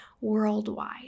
worldwide